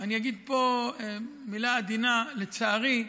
אני אגיד פה מילה עדינה: לצערי,